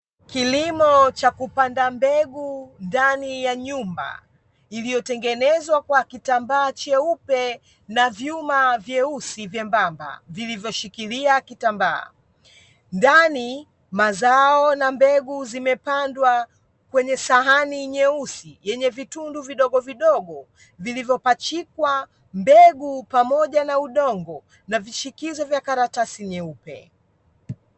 Kilimo cha kupanda mbegu ndani ya nyumba, iliyotengenezwa kwa kitambaa cheupe na vyuma vyeusi vyembamba vilivoshikilia kitambaa. Ndani mazao na mbegu zimepandwa kwenye sahani nyeusi yenye vitundu vidogovidogo vilivopachikwa mbegu pamoja na udongo na vishikizo vya karatasi nyeupe.